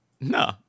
No